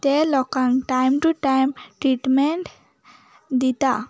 ते लोकांक time to time treatment दितात